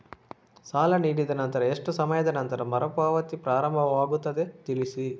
ಸಾಲ ನೀಡಿದ ನಂತರ ಎಷ್ಟು ಸಮಯದ ನಂತರ ಮರುಪಾವತಿ ಪ್ರಾರಂಭವಾಗುತ್ತದೆ ತಿಳಿಸಿ?